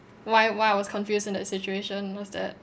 why why I was confused in that situation was that